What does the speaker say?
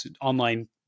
online